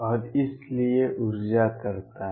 और इसलिए ऊर्जा करता है